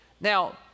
Now